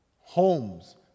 homes